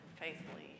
faithfully